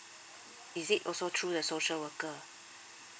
is it also through the social worker ah